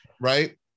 right